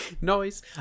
noise